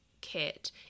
kit